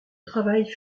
travail